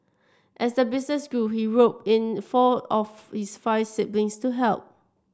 as the business grew he roped in four of his five siblings to help